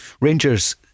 Rangers